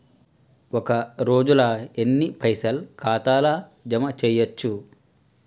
ఒక రోజుల ఎన్ని పైసల్ ఖాతా ల జమ చేయచ్చు?